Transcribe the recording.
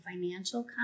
financial